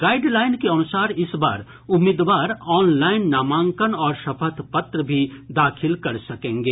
guideline के अनुसार इस बार उम्मीदवार ऑनलाइन नामांकन और शपथ पत्र भी दाखिल कर सकेंगे